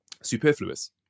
superfluous